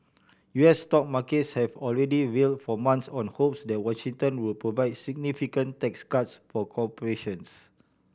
U S stock markets have already real for months on hopes that Washington would provide significant tax cuts for corporations